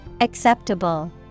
Acceptable